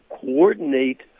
coordinate